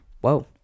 Whoa